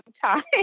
time